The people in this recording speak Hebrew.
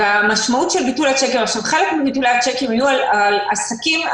חלק מביטול צ'קים היו על עסקים,